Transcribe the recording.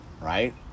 right